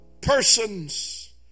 persons